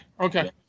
okay